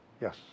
Yes